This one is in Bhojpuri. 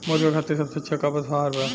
मुर्गा खातिर सबसे अच्छा का पशु आहार बा?